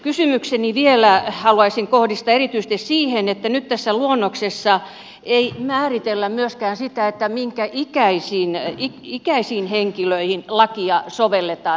kysymykseni vielä haluaisin kohdistaa erityisesti siihen että nyt tässä luonnoksessa ei määritellä myöskään sitä minkä ikäisiin henkilöihin lakia sovelletaan